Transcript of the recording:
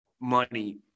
money